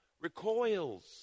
recoils